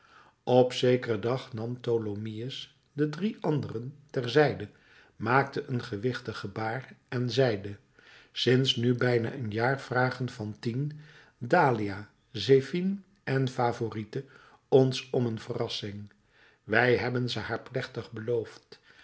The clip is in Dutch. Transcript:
op zekeren dag nam tholomyès de drie anderen ter zijde maakte een gewichtig gebaar en zeide sinds nu bijna een jaar vragen fantine dahlia zephine en favourite ons om een verrassing wij hebben ze haar plechtig beloofd